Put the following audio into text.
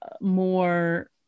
more